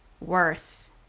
worth